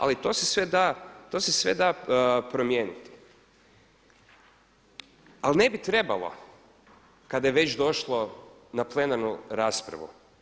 Ali to se sve da promijeniti, ali ne bi trebalo kada je već došlo na plenarnu raspravu.